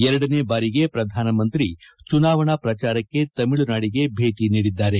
ಎರಡನೇ ಬಾರಿಗೆ ಪ್ರಧಾನಮಂತ್ರಿ ಚುನಾವಣಾ ಪ್ರಚಾರಕ್ಕೆ ತಮಿಳುನಾಡಿಗೆ ಭೇಟಿ ನೀಡಿದ್ದಾರೆ